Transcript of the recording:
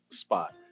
spot